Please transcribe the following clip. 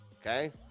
okay